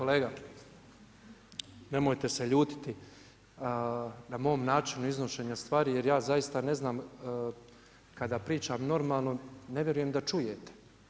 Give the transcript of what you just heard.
Kolega nemojte se ljutiti na mom načinu iznošenja stvari jer ja zaista ne znam kada pričam normalno ne vjerujem da čujete.